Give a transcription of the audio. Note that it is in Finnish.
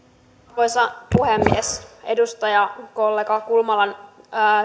arvoisa puhemies edustajakollega kulmalan